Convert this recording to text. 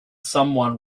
someone